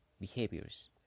behaviors